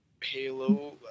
Halo